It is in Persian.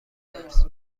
درس